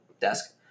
desk